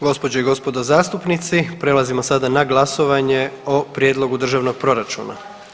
Gospođe i gospodo zastupnici prelazimo sada na glasovanje o Prijedlogu državnog proračuna.